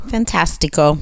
Fantastico